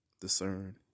discern